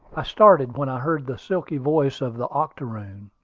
i started when i heard the silky voice of the octoroon.